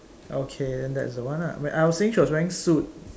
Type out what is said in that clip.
okay then that's the one lah I was saying she was wearing suit